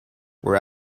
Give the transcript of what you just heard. were